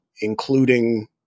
including